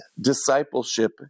discipleship